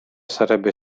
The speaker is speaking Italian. sarebbe